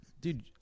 Dude